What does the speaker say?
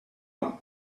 him